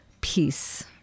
peace